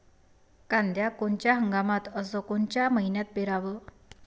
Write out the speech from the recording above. कांद्या कोनच्या हंगामात अस कोनच्या मईन्यात पेरावं?